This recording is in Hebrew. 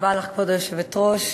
כבוד היושבת-ראש,